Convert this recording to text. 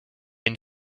une